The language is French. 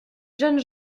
jeunes